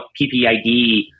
PPID